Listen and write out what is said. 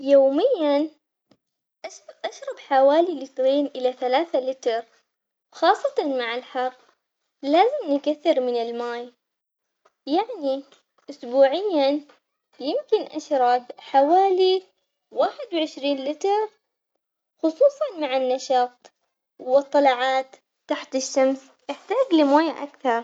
يومياً أش- أشربي حوالي لترين إلى ثلاثة لتر خاصةً مع الحر، لازم نكثر من الماي يعني أسبوعياً يمكن أشرب حوالي واحد وعشرين لتر خصوصاً مع النشاط، والطلعات تحت الشمس أحتاج لموية أكثر.